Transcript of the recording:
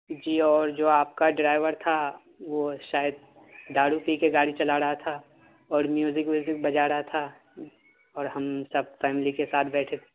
جی اور جو آپ کا ڈرائیور تھا وہ شاید دارو پی کے گاڑی چلا رہا تھا اور میوزک ویوزک بجا رہا تھا اور ہم سب فیملی کے ساتھ بیٹھے تھے